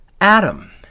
Adam